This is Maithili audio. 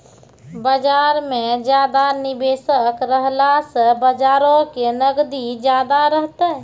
बजार मे ज्यादा निबेशक रहला से बजारो के नगदी ज्यादा रहतै